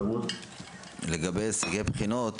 לגבי הישגי בחינות